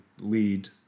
lead